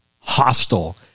Hostile